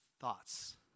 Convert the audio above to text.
Thoughts